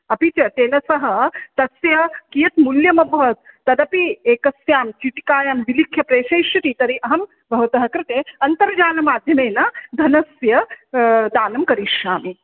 अपि च तेन सह तस्य कियत् मूल्यमभवत् तदपि एकस्यां चीटिकायां विलिख्य प्रेषयिष्यति तर्हि अहं भवतः कृते अन्तर्जालमाध्यमेन धनस्य दानं करिष्यामि